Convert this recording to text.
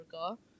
Africa